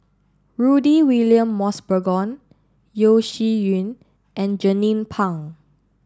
Rudy William Mosbergen Yeo Shih Yun and Jernnine Pang